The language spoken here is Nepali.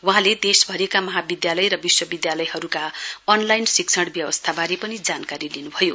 वहाँले देशभरिका महाविद्यालय र विश्वविद्यालयहरूका अनलाइन शिक्षण व्यवस्थाबारे पनि जानकारी लिन् भयो